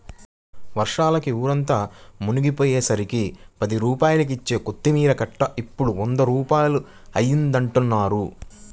వర్షాలకి ఊరంతా మునిగిపొయ్యేసరికి పది రూపాయలకిచ్చే కొత్తిమీర కట్ట ఇప్పుడు వంద రూపాయలంటన్నారు